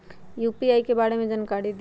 UPI के बारे में जानकारी दियौ?